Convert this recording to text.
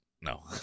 No